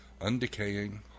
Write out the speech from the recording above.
undecaying